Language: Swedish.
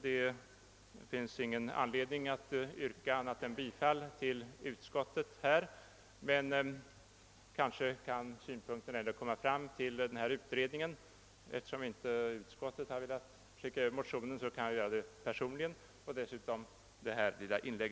Det finns ingen anledning att yrka annat än bifall till utskotiets hemställan. Kanske synpunkterna kan föras fram till utredningen. Eftersom inte utskottet har velat skicka över motionen kan jag göra det personligen och dessutom bifoga mitt lilla inlägg.